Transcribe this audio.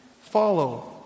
Follow